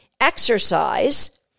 exercise